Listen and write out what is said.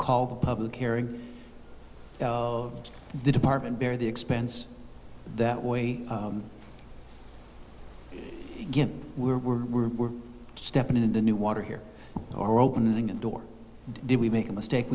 call the public hearing of the department bear the expense that way again we're we're we're we're stepping in the new water here or opening a door did we make a mistake